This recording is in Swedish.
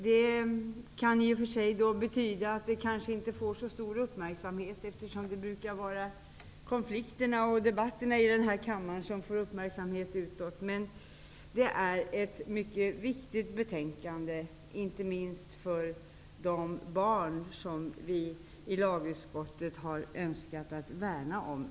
Det kan i och för sig betyda att det kanske inte får så stor uppmärksamhet, eftersom det brukar vara debatterna i kammaren och konflikterna som får uppmärksamhet utåt. Men detta är ett mycket viktigt betänkande, inte minst för de barn som vi i lagutskottet har önskat att värna om.